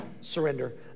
Surrender